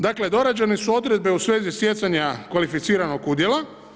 Dakle, dorađene su odredbe u svezi stjecanja kvalificiranog udjela.